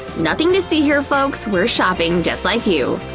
nothing to see here, folks. we're shopping just like you!